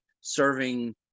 serving